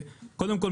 קודם כול,